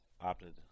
Opted